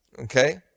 Okay